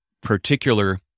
particular